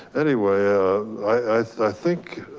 anyway i think